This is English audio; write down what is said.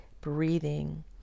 breathing